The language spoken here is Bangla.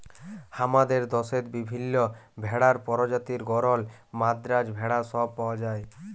হামাদের দশেত বিভিল্য ভেড়ার প্রজাতি গরল, মাদ্রাজ ভেড়া সব পাওয়া যায়